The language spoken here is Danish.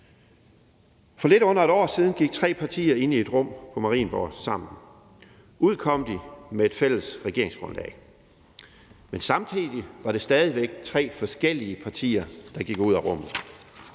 For lidt under et år siden gik tre partier ind i et rum på Marienborg sammen. Ud kom de med et fælles regeringsgrundlag, men samtidig var det stadig væk tre forskellige partier, der gik ud af rummet.